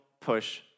push